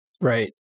Right